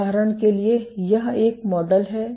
उदाहरण के लिए यह एक मॉडल है